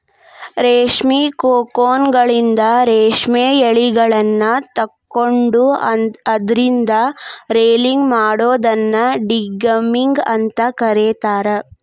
ರೇಷ್ಮಿ ಕೋಕೂನ್ಗಳಿಂದ ರೇಷ್ಮೆ ಯಳಿಗಳನ್ನ ತಕ್ಕೊಂಡು ಅದ್ರಿಂದ ರೇಲಿಂಗ್ ಮಾಡೋದನ್ನ ಡಿಗಮ್ಮಿಂಗ್ ಅಂತ ಕರೇತಾರ